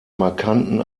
markanten